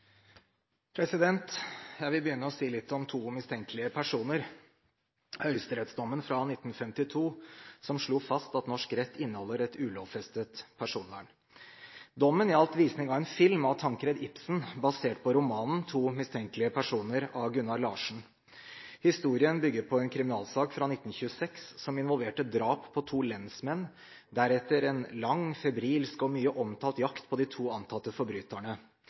omme. Jeg vil begynne med å si litt om «To mistenkelige personer». Høyesterettsdommen fra 1952 slo fast at norsk rett inneholder et ulovfestet personvern. Dommen gjaldt visning av en film av Tancred Ibsen, basert på romanen «To mistenkelige personer» av Gunnar Larsen. Historien bygger på en kriminalsak fra 1926 som involverte drap på to lensmenn, deretter en lang, febrilsk og mye omtalt jakt på de to antatte forbryterne.